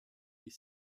est